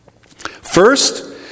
First